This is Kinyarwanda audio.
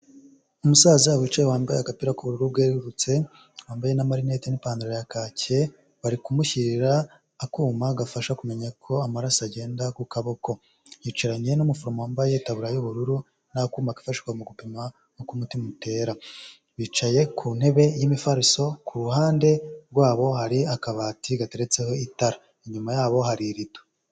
Umusaza wicaye wambaye agapira k'ubururu bwerurutse wambaye n,amarineti n'ipantaro ya kake, bari kumushyirira akuma gafasha kumenya uko amaraso agenda ku kaboko. Yicaranye n'umufomo wambaye taburiya y'ubururu n'akuma kafashwa mu gupima uko umutima utera. Bicaye ku ntebe y'imifariso ku ruhande rwabo hari akabati gateretseho itara inyuma yabo hari rido.